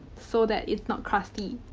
so that it's not crusty.